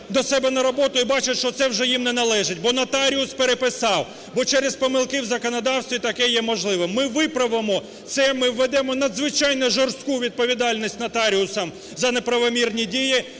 до себе на роботу і бачать, що це вже їм не належить, бо нотаріус переписав, бо через помилки у законодавстві таке є можливе. Ми виправимо це, ми введемо надзвичайно жорстку відповідальність нотаріуса за неправомірні дії,